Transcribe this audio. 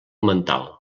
mental